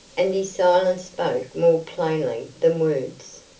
and his silence spoke more plainly than words.